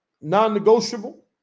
Non-negotiable